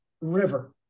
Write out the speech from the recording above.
River